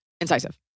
incisive